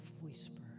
whisper